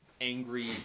angry